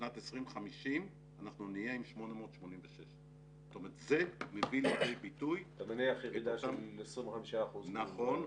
בשנת 2050 אנחנו נהיה עם 886. אתה מניח ירידה של 25%. נכון.